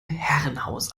herrenhaus